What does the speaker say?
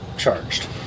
charged